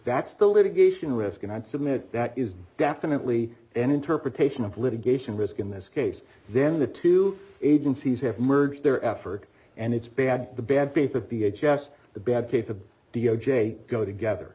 that's the litigation risk and i would submit that is definitely an interpretation of litigation risk in this case then the two agencies have merged their effort and it's bad the bad faith of be a just the bad faith of d o j go together